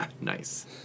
Nice